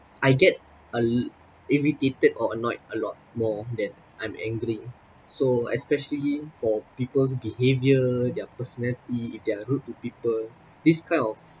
I get uh irritated or annoyed a lot more that I'm angry so especially for people's behaviour their personality if they're rude to people this kind of